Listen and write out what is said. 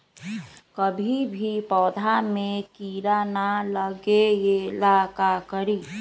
कभी भी पौधा में कीरा न लगे ये ला का करी?